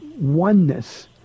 oneness